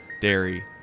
Dairy